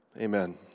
Amen